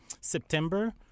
September